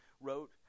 wrote